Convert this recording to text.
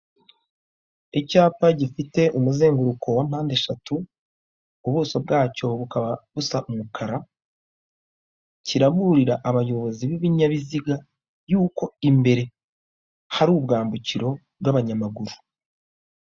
Icyapa gifite umuzenguruko wampande eshatu ubuso bwacyo bukaba busa umukara cyiraburira abayobozi b'ibinyabiziga yuko imbere hari ubwambukiro bw'abanyamaguru.